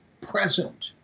present